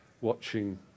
watching